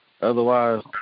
Otherwise –